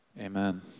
Amen